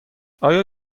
آیا